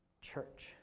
church